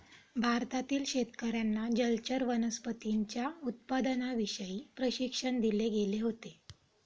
भारतातील शेतकर्यांना जलचर वनस्पतींच्या उत्पादनाविषयी प्रशिक्षण दिले गेले होते